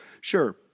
Sure